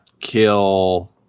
kill